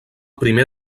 primer